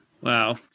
Wow